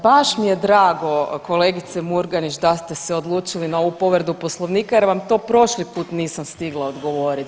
Baš mi je drago kolegice Murganić da ste se odlučili na ovu povredu Poslovnika jer vam to prošli put nisam stigla odgovorit.